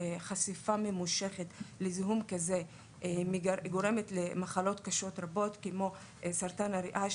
שחשיפה ממושכת לזיהום כזה גורמת למחלות קשות רבות כמו סרטן הריאות,